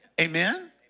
Amen